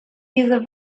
diese